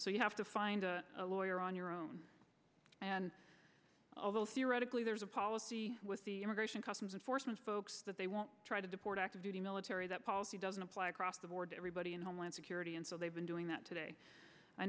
so you have to find a lawyer on your own and although theoretically there's a policy with the immigration customs enforcement folks that they won't try to deport active duty military that policy doesn't apply across the board to everybody in homeland security and so they've been doing that today i